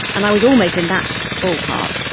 and i was almost in that ballpark,